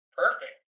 perfect